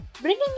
Bringing